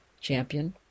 champion